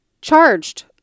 charged